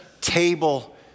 table